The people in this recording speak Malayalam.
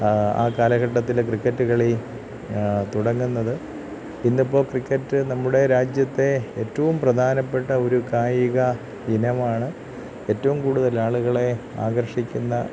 ആ കാലഘട്ടത്തിലെ ക്രിക്കറ്റ് കളി തുടങ്ങുന്നത് ഇന്ന് ഇപ്പോൾ ക്രിക്കറ്റ് നമ്മുടെ രാജ്യത്തെ ഏറ്റവും പ്രധാനപ്പെട്ട ഒരു കായിക ഇനമാണ് ഏറ്റവും കൂടുതൽ ആളുകളെ ആകർഷിക്കുന്ന